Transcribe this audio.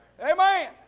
Amen